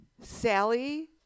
Sally